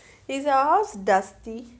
is our house dusty